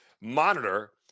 monitor